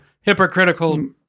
hypocritical